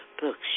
books